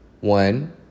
one